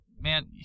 man